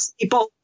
people